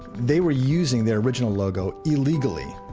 they were using their original logo illegally.